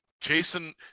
Jason